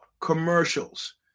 commercials